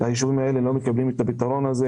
היישובים האלה לא מקבלים את הפתרון הזה,